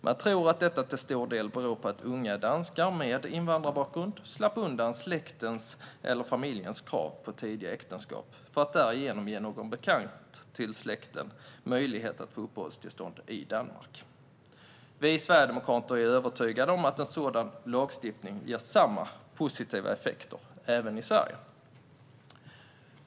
Man tror att detta till stor del beror på att unga danskar med invandrarbakgrund slapp undan släktens eller familjens krav på tidigt äktenskap för att därigenom ge någon bekant till släkten möjlighet att få uppehållstillstånd i Danmark. Vi sverigedemokrater är övertygade om att en sådan lagstiftning skulle ge samma positiva effekter i Sverige.